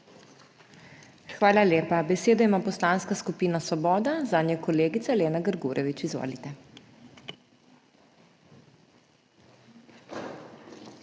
Hvala lepa. Besedo ima Poslanska skupina Svoboda, zanjo kolegica Lena Grgurevič. Izvolite.